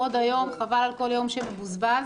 בקשת יושב-ראש ועדת החוץ והביטחון